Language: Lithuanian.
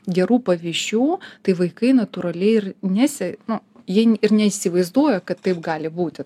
gerų pavyzdžių tai vaikai natūraliai ir nesi nu jie n ir neįsivaizduoja kad taip gali būti